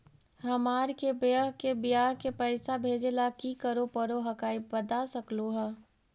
हमार के बह्र के बियाह के पैसा भेजे ला की करे परो हकाई बता सकलुहा?